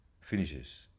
finishes